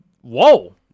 Whoa